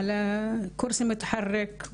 אני בעצמי אתערב לראות מה קורה עם הנושא שלכן,